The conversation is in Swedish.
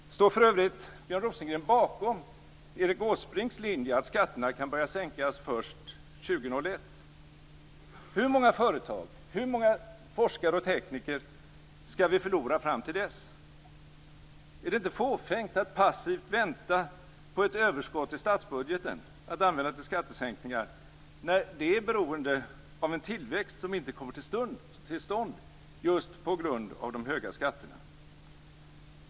Står för övrigt Björn Rosengren bakom Erik Åsbrinks linje, att skatterna kan börja sänkas först 2001? Hur många företag och hur många forskare och tekniker skall vi förlora fram till dess? Är det inte fåfängt att passivt vänta på ett överskott i statsbudgeten att använda till skattesänkningar, när det är beroende av en tillväxt som inte kommer till stånd just på grund av de höga skatterna?